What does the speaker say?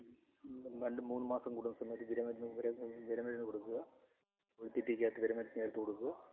രണ്ടും മൂന്നും മാസം കൂടുന്ന സമയത്ത് വിരമരുന്ന് വിരമരുന്ന് കൊടുക്കുക കോഴിത്തീറ്റക്കകത്ത് വിരമരുന്ന് ചേര്ത്ത് കൊടുക്കുക